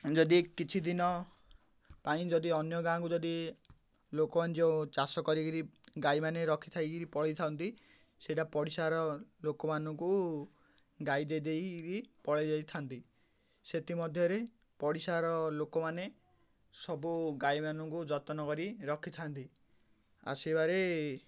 ଯଦି କିଛି ଦିନ ପାଇଁ ଯଦି ଅନ୍ୟ ଗାଁକୁ ଯଦି ଲୋକମାନେ ଯେଉଁ ଚାଷ କରିକିରି ଗାଈମାନେ ରଖିଥାଇକିରି ପଳେଇଥାନ୍ତି ସେଇଟା ପଡ଼ିଶାର ଲୋକମାନଙ୍କୁ ଗାଈ ଦେଇ ଦେଇେକରିକି ପଳେଇ ଯାଇଥାନ୍ତି ସେଥିମଧ୍ୟରେ ପଡ଼ିଶାର ଲୋକମାନେ ସବୁ ଗାଈମାନଙ୍କୁ ଯତ୍ନ କରି ରଖିଥାନ୍ତି ଆସିବାରେ